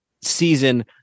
season